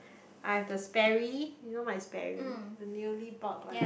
I have the Sperry you know my Sperry the newly bought right